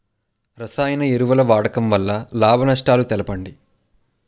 రసాయన ఎరువుల వాడకం వల్ల లాభ నష్టాలను తెలపండి?